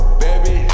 baby